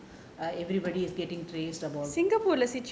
err everybody is getting traceable